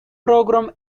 programme